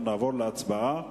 אנחנו נעבור להצבעה,